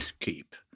keep